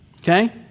Okay